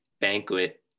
banquet